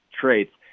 traits